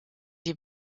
die